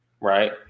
right